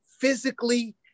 physically